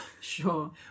sure